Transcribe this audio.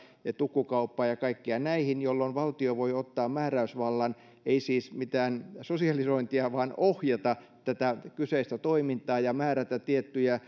tukkukauppaa ja kaikkia näitä jolloin valtio voi ottaa määräysvallan ei siis mitään sosialisointia vaan ohjata tätä kyseistä toimintaa ja määrätä tiettyjä